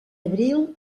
abril